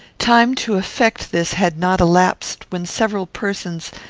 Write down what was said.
time to effect this had not elapsed, when several persons,